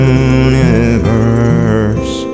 universe